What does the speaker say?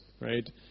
right